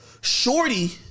Shorty